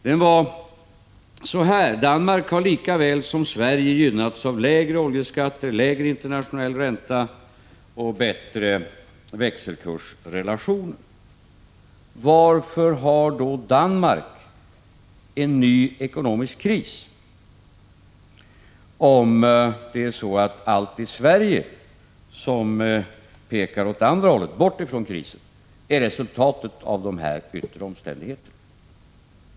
Jag sade att Danmark har lika väl som Sverige gynnats av lägre oljepriser, lägre internationell ränta samt bättre växelkursrelationer, och jag frågade: Varför har Danmark en ny ekonomisk kris, om det är så att allt i Sverige som pekar åt andra hållet, bort ifrån krisen, är resultatet av dessa yttre omständigheter?